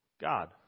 God